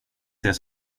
det